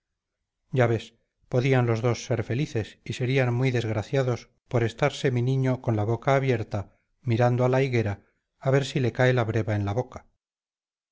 ya ves podían los dos ser felices y serán muy desgraciados por estarse mi niño con la boca abierta mirando a la iguera a ver si le cae la breva en la boca